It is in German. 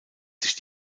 sich